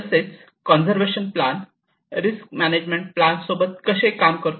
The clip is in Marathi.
तसेच conservation plan risk management plan सोबत कसे काम करतो